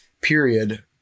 period